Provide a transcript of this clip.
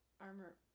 Armor